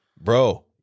Bro